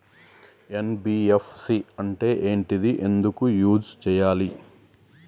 NBFC అంటే ఏంటిది ఎందుకు యూజ్ చేయాలి?